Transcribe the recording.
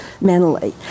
mentally